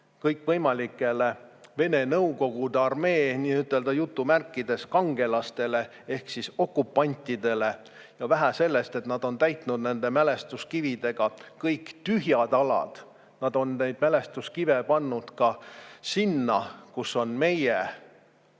kõikvõimalikele Vene, Nõukogude armee nii-ütelda "kangelastele" ehk okupantidele. Ja vähe sellest, et nad on täitnud nende mälestuskividega kõik tühjad alad, nad on mälestuskive pannud ka sinna, kus on meie